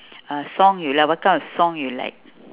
uh song you like what kind of song you like